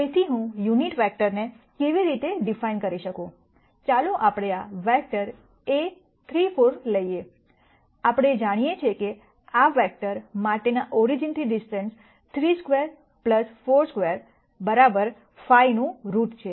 તેથી હું યુનિટ વેક્ટરને કેવી રીતે ડિફાઇન કરી શકું ચાલો આપણે આ વેક્ટર a 3 4 લઈએ આપણે જાણીએ છીએ કે આ વેક્ટર માટેના ઓરિજીનથી ડિસ્ટન્સ 32 42 5 નું રુટ છે